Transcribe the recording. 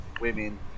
women